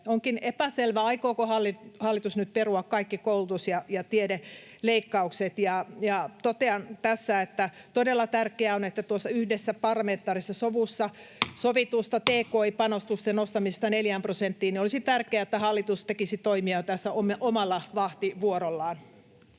Onkin epäselvää, aikooko hallitus nyt perua kaikki koulutus- ja tiedeleikkaukset. Ja totean tässä yhdessä, parlamentaarisessa sovussa sovitusta tki-panostusten nostamisesta neljään prosenttiin, että olisi todella tärkeää, että hallitus tekisi toimia tässä omalla vahtivuorollaan.